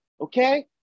okay